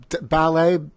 ballet